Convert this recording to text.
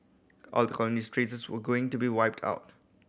all the colonial traces were going to be wiped out